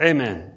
Amen